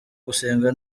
gusenga